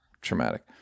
traumatic